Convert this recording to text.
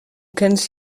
kennst